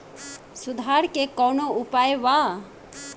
सुधार के कौनोउपाय वा?